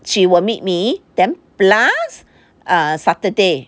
she will meet me then plus err saturday